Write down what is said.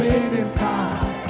inside